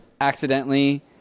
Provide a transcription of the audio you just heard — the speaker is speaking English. accidentally